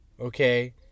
okay